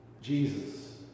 Jesus